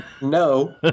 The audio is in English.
no